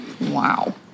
wow